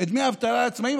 את דמי האבטלה לעצמאים,